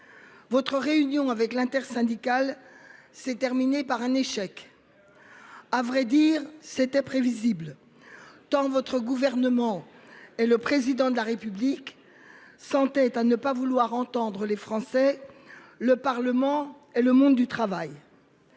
Votre réunion avec l'intersyndicale s'est terminée par un échec. À vrai dire, c'était prévisible. Tant votre gouvernement et le président de la République s'en-tête à ne pas vouloir entendre les Français. Le Parlement et le monde du travail.